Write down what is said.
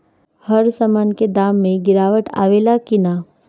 हर सामन के दाम मे गीरावट आवेला कि न?